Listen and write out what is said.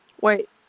Wait